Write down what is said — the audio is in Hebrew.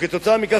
וכתוצאה מכך,